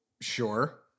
Sure